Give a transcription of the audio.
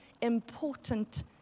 important